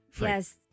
yes